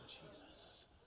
Jesus